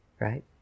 Right